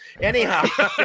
Anyhow